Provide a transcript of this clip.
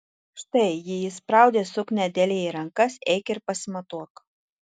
štai ji įspraudė suknią adelijai į rankas eik ir pasimatuok